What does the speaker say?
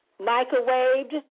microwaved